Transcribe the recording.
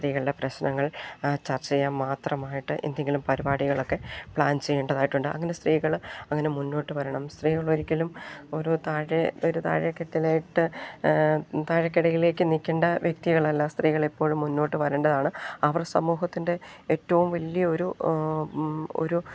സ്ത്രീകളുടെ പ്രശ്നങ്ങൾ ചർച്ച ചെയ്യാൻ മാത്രമായിട്ട് എന്തെങ്കിലും പരിപാടികളൊക്കെ പ്ലാൻ ചെയ്യേണ്ടതായിട്ടുണ്ട് അങ്ങനെ സ്ത്രീകൾ അങ്ങനെ മുന്നോട്ട് വരണം സ്ത്രീകൾ ഒരിക്കലും ഒരു താഴെ ഒരു താഴക്കെട്ടിലായിട്ട് താഴെക്കിടകയിലേക്ക് നിൽക്കേണ്ട വ്യക്തികളല്ല സ്ത്രീകളെപ്പോഴും മുന്നോട്ട് വരേണ്ടതാണ് അവർ സമൂഹത്തിൻ്റെ ഏറ്റവും വലിയ ഒരു ഒരു